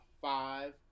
five